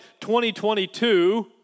2022